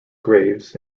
graves